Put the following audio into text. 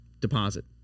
Deposit